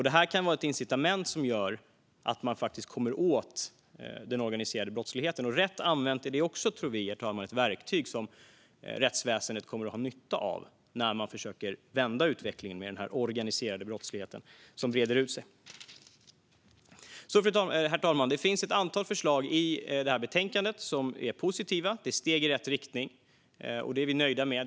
Det här kan vara ett incitament som gör att man faktiskt kommer åt den organiserade brottsligheten. Rätt använt är det också, tror vi, herr talman, ett verktyg som rättsväsendet kommer att ha nytta av när man försöker vända den utveckling som innebär att den organiserade brottsligheten breder ut sig. Herr talman! Det finns alltså ett antal förslag i detta betänkande som är positiva steg i rätt riktning. Det är vi nöjda med.